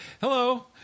hello